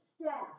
staff